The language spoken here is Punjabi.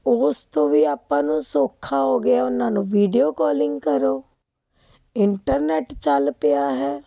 ਉਸ ਤੋਂ ਵੀ ਆਪਾਂ ਨੂੰ ਸੌਖਾ ਹੋ ਗਿਆ ਉਹਨਾਂ ਨੂੰ ਵੀਡੀਓ ਕਾਲਿੰਗ ਕਰੋ ਇੰਟਰਨੈਟ ਚੱਲ ਪਿਆ ਹੈ